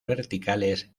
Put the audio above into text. verticales